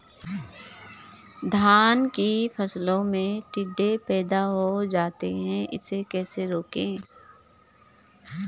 धान की फसल में टिड्डे पैदा हो जाते हैं इसे कैसे रोकें?